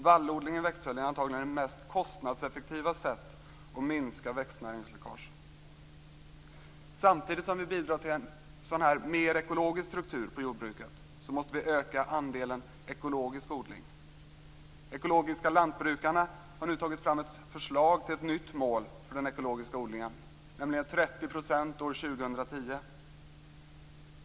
Vallodling i växtföljden är antagligen det mest kostnadseffektiva sättet att minska växtnäringsläckage. Samtidigt som vi bidrar till en sådan mer ekologisk struktur på jordbruket måste vi öka andelen ekologisk odling. Ekologiska lantbrukarna har nu tagit fram ett förslag till ett nytt mål för den ekologiska odlingen, nämligen 30 % år 2010.